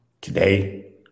Today